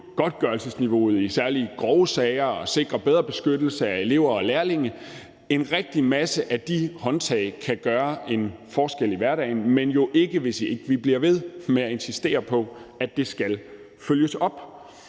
godtgørelsesniveauet i særlig grove sager og sikre bedre beskyttelse af elever og lærlinge udgør rigtig mange af de håndtag, som kan gøre en forskel i hverdagen, men jo ikke, hvis ikke vi bliver ved med at insistere på, at der skal følges op